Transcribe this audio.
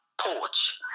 porch